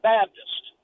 Baptist